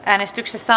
äänestyksessä